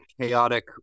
chaotic